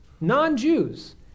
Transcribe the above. non-Jews